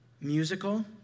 musical